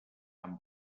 amb